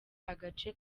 agace